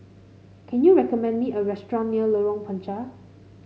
can you recommend me a restaurant near Lorong Panchar